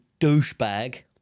douchebag